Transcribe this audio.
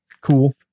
cool